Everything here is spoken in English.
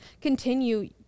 continue